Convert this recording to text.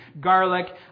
garlic